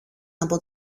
από